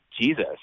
Jesus